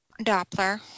Doppler